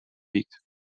wiegt